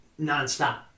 nonstop